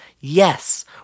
Yes